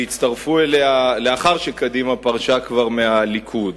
שהצטרפו אליה לאחר שקדימה פרשה כבר מהליכוד,